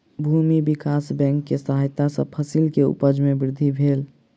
भूमि विकास बैंक के सहायता सॅ फसिल के उपज में वृद्धि भेल